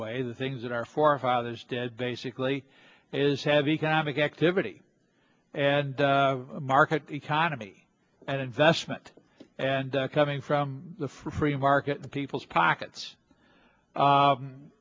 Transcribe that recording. way the things that our forefathers did basically is have economic activity and market economy and investment and coming from the free market in people's pockets